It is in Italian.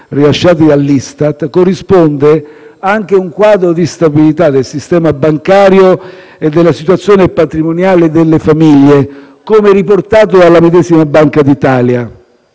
rilasciati dall'Istat, corrisponde anche un quadro di stabilità del sistema bancario e della situazione patrimoniale delle famiglie, come riportato dalla medesima Banca d'Italia.